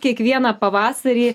kiekvieną pavasarį